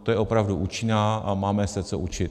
Ta je opravdu účinná a máme se co učit.